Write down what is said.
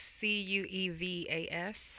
C-U-E-V-A-S